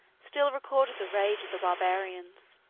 still recorded the rage of the barbarians.